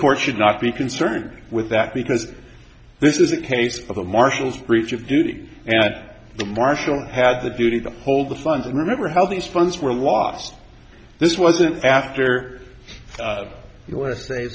court should not be concerned with that because this is a case of the marshals breach of duty and at the marshall had the duty to uphold the funds and remember how these funds were lost this wasn't after